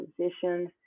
positions